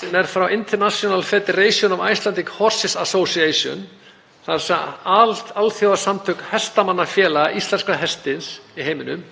sem er frá International Federation of Icelandic Horse Association, þ.e. alþjóðasamtökum hestamannafélaga íslenska hestsins í heiminum.